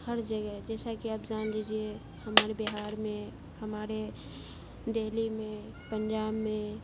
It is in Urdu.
ہر جگہ جیسا کہ آپ جان لیجیے ہمارے بہار میں ہمارے دہلی میں پنجاب میں